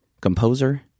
composer